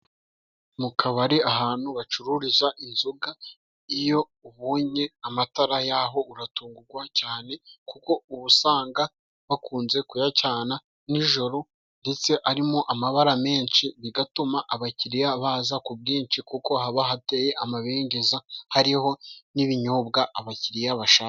Mu kabari ahantu bacururiza inzoga, iyo ubonye amatara yaho uratungugwa cyane, kuko ubu usanga bakunze kuyacana nijoro ndetse arimo amabara menshi, bigatuma abakiriya baza ku bwinshi kuko haba hateye amabengeza, hariho n'ibinyobwa abakiriya bashaka.